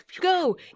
Go